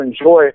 enjoy